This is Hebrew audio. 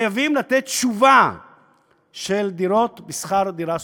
חייבים לתת תשובה של דירות בשכר-דירה סוציאלי.